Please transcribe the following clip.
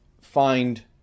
find